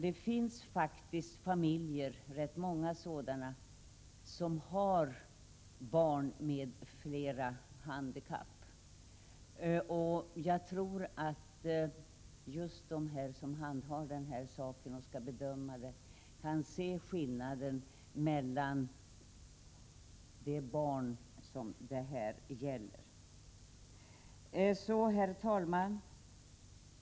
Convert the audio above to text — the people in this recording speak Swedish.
Det finns faktiskt familjer, rätt många sådana, som har barn med fler handikapp, och jag tror som sagt att de som har att göra bedömningen kan se de skillnader som det här gäller. Herr talman!